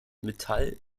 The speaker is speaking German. metall